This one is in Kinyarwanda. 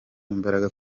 imbaraga